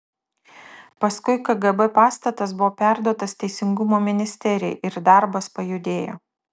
paskui kgb pastatas buvo perduotas teisingumo ministerijai ir darbas pajudėjo